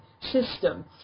system